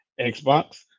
Xbox